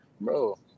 Bro